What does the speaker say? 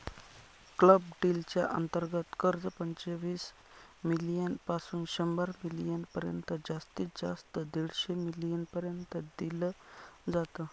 club deal च्या अंतर्गत कर्ज, पंचवीस मिलीयन पासून शंभर मिलीयन पर्यंत जास्तीत जास्त दीडशे मिलीयन पर्यंत दिल जात